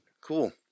cool